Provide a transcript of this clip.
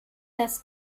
das